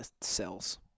cells